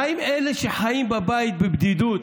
מה עם אלה שחיים בבית בבדידות,